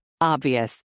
Obvious